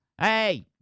Hey